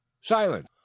silence